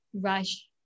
rush